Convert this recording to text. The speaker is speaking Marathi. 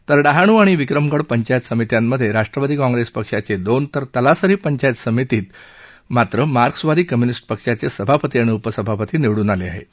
तर डहाणू आणि विक्रमगड पंचायत समित्यामध्ये राष्ट्रवादी काँग्रेस पक्षाचे दोन तर तलासरी पंचायत समिति मध्ये मात्र माक्सवादी कम्य्निस्ट पक्षाचे सभापती आणि उपसभापती निवडून आलेत